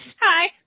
Hi